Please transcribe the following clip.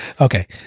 Okay